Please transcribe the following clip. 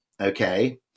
Okay